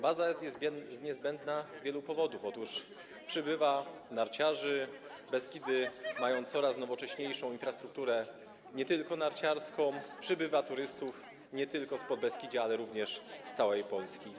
Baza jest niezbędna z wielu powodów: otóż przybywa narciarzy, Beskidy mają coraz nowocześniejszą infrastrukturę, nie tylko narciarską, przybywa turystów, nie tylko z Podbeskidzia, ale również z całej Polski.